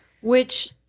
Which-